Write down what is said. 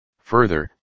Further